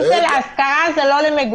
אם זה להשכרה, זה לא למגורים.